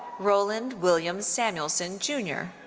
roland william samuelson jr.